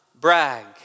brag